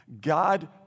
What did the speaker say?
God